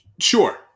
Sure